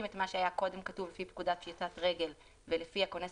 את מה שהיה כתוב קודם לפי פקודת פשיטת רגל ולפי כונס